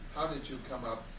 how did you come up,